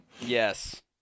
yes